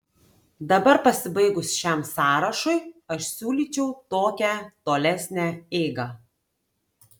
dabar pasibaigus šiam sąrašui aš siūlyčiau tokią tolesnę eigą